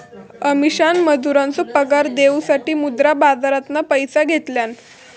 अमीषान मजुरांचो पगार देऊसाठी मुद्रा बाजारातना पैशे घेतल्यान